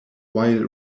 while